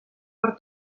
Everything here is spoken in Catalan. per